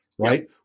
Right